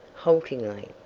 haltingly.